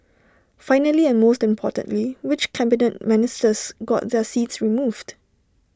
finally and most importantly which Cabinet Ministers got their seats moved